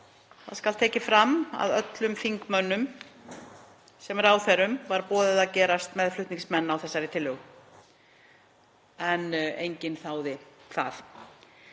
Það skal tekið fram að öllum þingmönnum sem ráðherrum var boðið að gerast meðflutningsmenn á þessari tillögu en enginn þáði það.